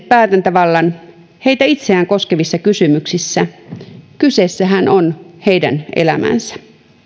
päätäntävallan heitä itseään koskevissa kysymyksissä kyseessähän on heidän elämänsä